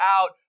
out